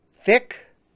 thick